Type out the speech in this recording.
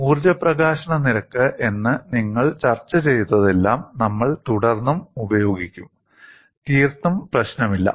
ഊർജ്ജ പ്രകാശന നിരക്ക് എന്ന് നിങ്ങൾ ചർച്ച ചെയ്തതെല്ലാം നമ്മൾ തുടർന്നും ഉപയോഗിക്കും തീർത്തും പ്രശ്നമില്ല